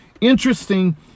Interesting